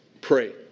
pray